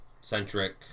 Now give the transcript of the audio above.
centric